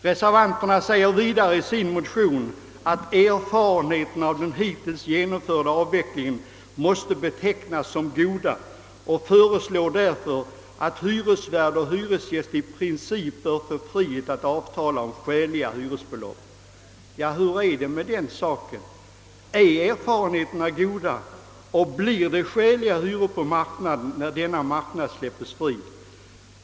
Reservanterna uttalar vidare: »Erfarenheterna av den hittills genomförda avvecklingen måste betecknas såsom mycket goda.» Reservanterna föreslår därför att hyresgäst i princip bör få frihet att avtala om skäliga hyresbelopp. Ja, hur är det med den saken? är erfarenheterna goda och blir det skäliga hyror på marknaden, när marknaden släpps fri?